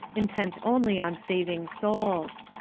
intent only on saving souls.